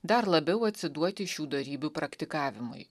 dar labiau atsiduoti šių dorybių praktikavimui